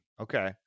Okay